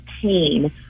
pain